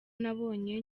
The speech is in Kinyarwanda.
nabonye